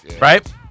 right